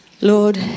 Lord